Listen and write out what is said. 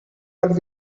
are